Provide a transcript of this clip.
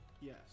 yes